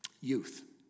Youth